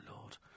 Lord